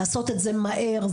לעשות את זה מהר,